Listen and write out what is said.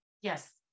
Yes